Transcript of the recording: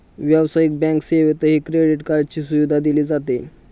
व्यावसायिक बँक सेवेतही क्रेडिट कार्डची सुविधा दिली जाते